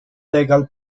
legal